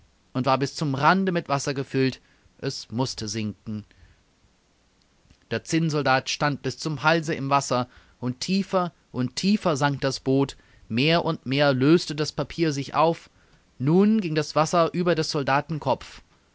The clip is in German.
und war bis zum rande mit wasser gefüllt es mußte sinken der zinnsoldat stand bis zum halse im wasser und tiefer und tiefer sank das boot mehr und mehr löste das papier sich auf nun ging das wasser über des